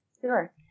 Sure